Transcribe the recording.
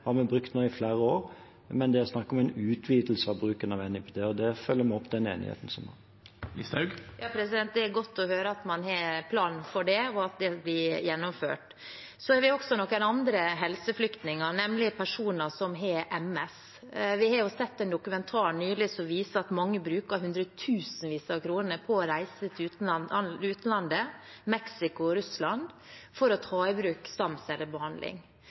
har vi brukt i flere år. Det er snakk om en utvidelse i bruk av NIPT, og vi følger opp den enigheten som er. Det er godt å høre at man har en plan for det, og at det blir gjennomført. Vi har også noen andre helseflyktninger, nemlig personer som har MS. Vi har nylig sett en dokumentar som viser at mange bruker hundretusenvis av kroner på å reise til utlandet – Mexico og Russland – for å ta i bruk stamcellebehandling.